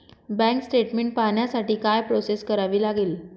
Bank statement पाहण्यासाठी काय process करावी लागेल?